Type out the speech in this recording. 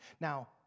Now